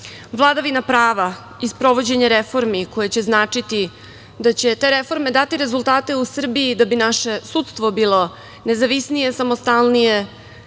vladavina prava i sprovođenje reformi koje će značiti da će te reforme dati rezultate u Srbiji da bi naše sudstvo bilo nezavisnije, samostalnije,